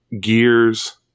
Gears